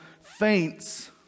faints